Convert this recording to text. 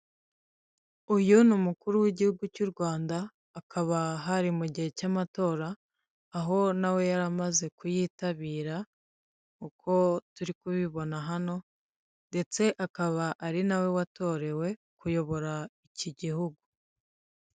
Uyu ni umukuru w'igihugu cy'u Rwanda akaba hari mu gihe cy'amatora, aho na we yari amaze kuyitabira, uko turi kubibona hano ndetse akaba ari nawe watorewe kuyobora iki gihugu.